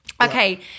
Okay